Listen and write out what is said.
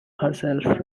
herself